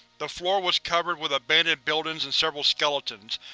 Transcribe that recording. the floor was covered with abandon buildings and several skeletons,